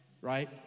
right